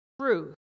Truth